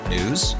News